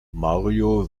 mario